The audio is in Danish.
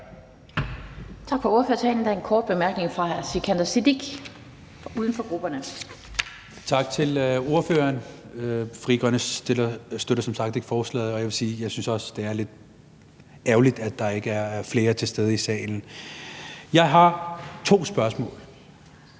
Tak til ordføreren. Frie Grønne støtter som sagt ikke forslaget, og jeg vil sige, jeg også synes, det er lidt ærgerligt, at der ikke er flere til stede i salen. Jeg har to spørgsmål.